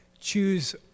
choose